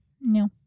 No